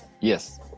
yes